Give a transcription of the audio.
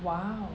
!wow!